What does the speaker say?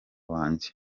wanjye